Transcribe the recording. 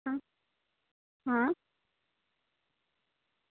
હા હા